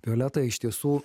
violeta iš tiesų